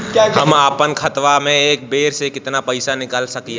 हम आपन खतवा से एक बेर मे केतना पईसा निकाल सकिला?